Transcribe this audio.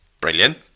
Brilliant